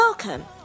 Welcome